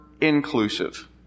inclusive